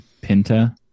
Pinta